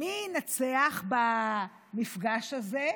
מי ינצח במפגש הזה?